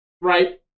Right